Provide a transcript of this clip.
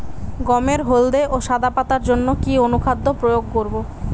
গমের হলদে ও সাদা পাতার জন্য কি অনুখাদ্য প্রয়োগ করব?